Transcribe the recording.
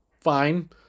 fine